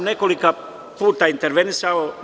Nekoliko puta sam intervenisao.